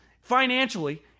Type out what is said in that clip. financially